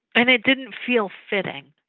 and it didn't feel fitting.